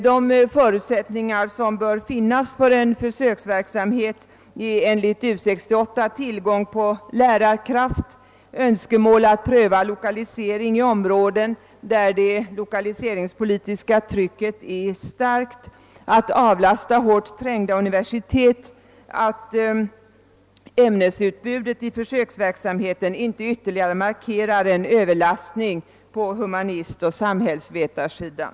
De förutsättningar som enligt U 68 bör finnas för en försöksverksamhet är tillgång. till lärarkrafter, önskemål om att pröva lokalisering i områden där det lokaliseringspolitiska trycket är starkt, att avlasta hårt trängda universitet och att ämnesutbudet i försöksverksamheten inte ytterligare markerar en överlastning på humanistoch samhällsvetarsidan.